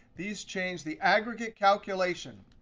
these change the aggregate calculation,